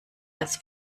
als